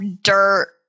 dirt